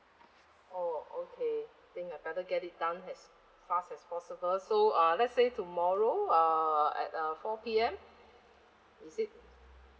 oh okay think I better get it done as fast as possible so uh let's say tomorrow uh at uh four P_M is it